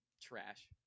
trash